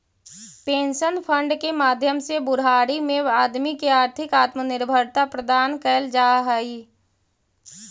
pension fund के माध्यम से बुढ़ारी में आदमी के आर्थिक आत्मनिर्भरता प्रदान कैल जा हई